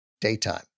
daytime